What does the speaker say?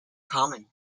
common